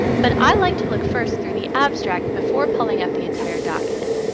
but i like to look first through the abstract before pulling up the entire document.